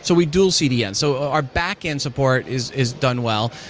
so we dual cdn. so our backend support is is done well.